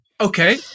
Okay